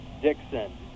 Dixon